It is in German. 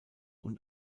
und